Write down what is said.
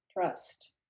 trust